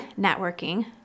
networking